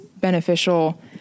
beneficial